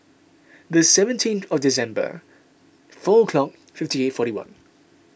the seventeen of December four o'clock fifty eight forty one